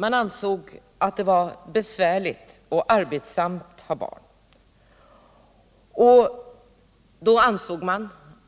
Man tyckte att det var besvärligt och arbetsamt att ha barn, och man ansåg